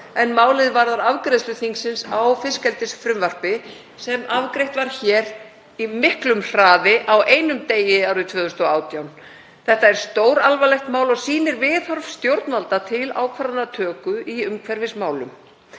en málið varðar afgreiðslu þingsins á fiskeldisfrumvarpi sem afgreitt var hér í miklum hraði á einum degi árið 2018. Þetta er stóralvarlegt mál og sýnir viðhorf stjórnvalda til ákvarðanatöku í umhverfismálum.